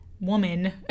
woman